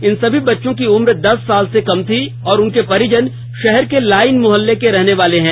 इन सभी बच्चों की उम्र दस साल से कम थी और उनके परिजन शहर के लाइन मोहल्ले के रहने वाले हैं